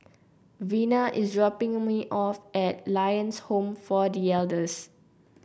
Vena is dropping me off at Lions Home for The Elders